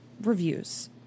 reviews